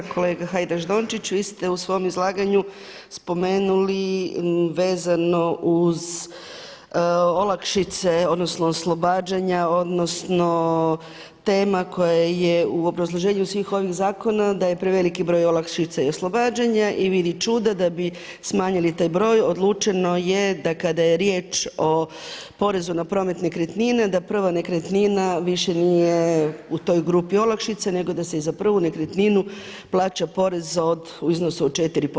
Kolega Hajdaš-Dončić, vi ste u svom izlaganju spomenuli vezano uz olakšice, odnosno oslobađanja, odnosno tema koje je u obrazloženju svih ovih zakona da je preveliki broj olakšica i oslobađanja i … i čuda da smanjili taj broj odlučeno je da kada je riječ o porezu na promet nekretnina da prva nekretnina više nije u toj grupi olakšica nego da se za prvu nekretninu plaća porez u iznosu od 4%